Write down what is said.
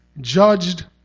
judged